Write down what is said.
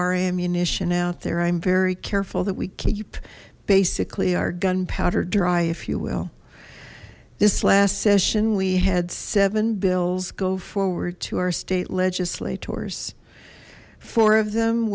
our ammunition out there i'm very careful that we keep basically our gunpowder dry if you will this last session we had seven bills go forward to our state legislators four of them